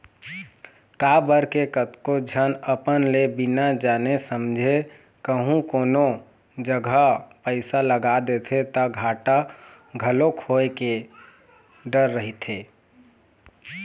काबर के कतको झन अपन ले बिना जाने समझे कहूँ कोनो जघा पइसा लगा देथे ता घाटा घलोक होय के डर रहिथे